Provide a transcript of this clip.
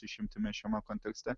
išimtimi šiame kontekste